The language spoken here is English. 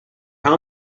how